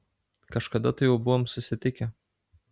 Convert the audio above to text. kažkada tai jau buvom susitikę